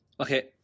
Okay